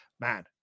man